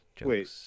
wait